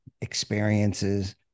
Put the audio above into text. experiences